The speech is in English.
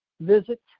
visit